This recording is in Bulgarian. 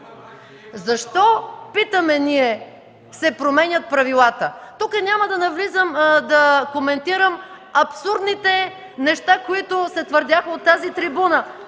Ние питаме: защо се променят правилата? Няма да навлизам и да коментирам абсурдните неща, които се твърдяха от трибуната.